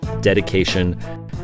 dedication